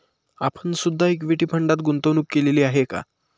आपण सुद्धा इक्विटी फंडात गुंतवणूक केलेली आहे का?